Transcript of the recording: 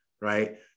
Right